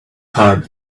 hard